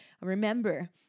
remember